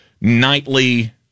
nightly